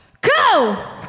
go